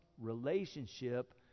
relationship